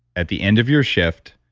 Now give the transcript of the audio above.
at the end of your shift,